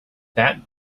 that